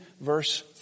verse